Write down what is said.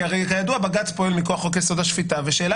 כי הרי כידוע בג"ץ פועל מכוח חוק-יסוד השפיטה ושאלה